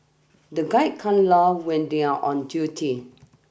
the guide can't laugh when they are on duty